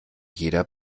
jeder